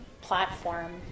platform